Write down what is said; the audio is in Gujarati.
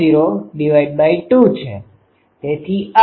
તેથી આ 2Π છે